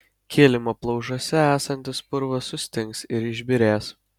kilimo plaušuose esantis purvas sustings ir išbyrės